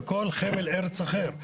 וכל חבל ארץ אחר,